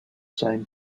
same